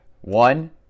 one